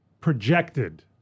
projected